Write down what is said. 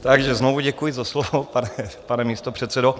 Takže znovu děkuji za slovo, pane místopředsedo.